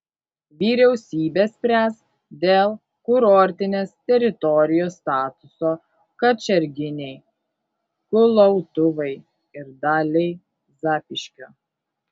vyriausybė spręs dėl kurortinės teritorijos statuso kačerginei kulautuvai ir daliai zapyškio